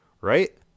Right